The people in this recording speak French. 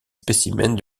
spécimens